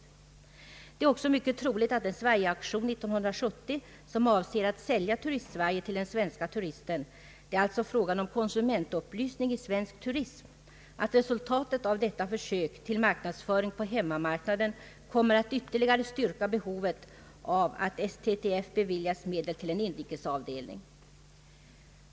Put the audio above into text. Det är också mycket troligt att resultatet av det försök till marknadsföring på hemmamarknaden som Sverige-aktionen 1970 utgör och som avser att sälja Turistsverige till den svenske turisten — det är alltså fråga om konsumentupplysning om svensk turism — ytterligare kommer att styrka behovet av att Svenska turisttrafikförbundet beviljas medel till en inrikesavdelning.